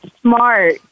smart